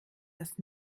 das